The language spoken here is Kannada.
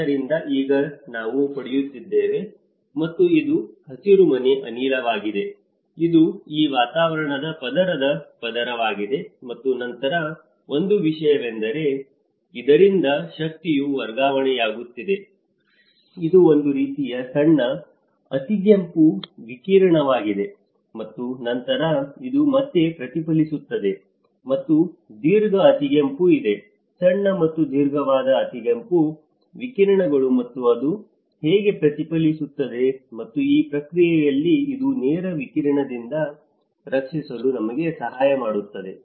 ಆದ್ದರಿಂದ ಈಗ ನಾವು ಪಡೆಯುತ್ತಿದ್ದೇವೆ ಮತ್ತು ಇದು ಹಸಿರುಮನೆ ಅನಿಲವಾಗಿದೆ ಇದು ಈ ವಾತಾವರಣದ ಪದರದ ಪದರವಾಗಿದೆ ಮತ್ತು ನಂತರ ಒಂದು ವಿಷಯವೆಂದರೆ ಇದರಿಂದ ಶಕ್ತಿಯು ವರ್ಗಾವಣೆಯಾಗುತ್ತಿದೆ ಇದು ಒಂದು ರೀತಿಯ ಸಣ್ಣ ಅತಿಗೆಂಪು ವಿಕಿರಣವಾಗಿದೆ ಮತ್ತು ನಂತರ ಇದು ಮತ್ತೆ ಪ್ರತಿಫಲಿಸುತ್ತದೆ ಮತ್ತು ದೀರ್ಘ ಅತಿಗೆಂಪು ಇದೆ ಸಣ್ಣ ಮತ್ತು ದೀರ್ಘವಾದ ಅತಿಗೆಂಪು ವಿಕಿರಣಗಳು ಮತ್ತು ಅದು ಹೇಗೆ ಪ್ರತಿಫಲಿಸುತ್ತದೆ ಮತ್ತು ಈ ಪ್ರಕ್ರಿಯೆಯಲ್ಲಿ ಇದು ನೇರ ವಿಕಿರಣದಿಂದ ರಕ್ಷಿಸಲು ನಮಗೆ ಸಹಾಯ ಮಾಡುತ್ತದೆ